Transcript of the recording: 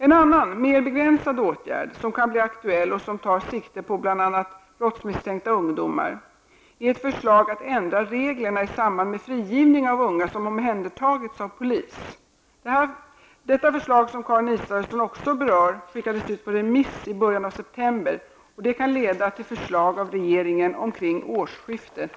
En annan mer begränsad åtgärd som kan bli aktuell och som tar sikte på bl.a. brottsmisstänkta ungdomar är ett förslag att ändra reglerna i samband med frigivning av unga som omhändertagits av polis. Detta förslag, som Karin Israelsson också berör, skickades ut på remiss i början av september, och det kan leda till förslag av regeringen omkring årsskiftet.